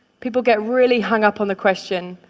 people get really hung up on the question,